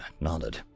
nodded